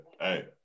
hey